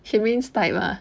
shermaine 's type ah